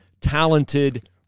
talented